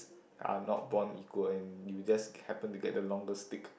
are not born equal and you just happen to get the longer stick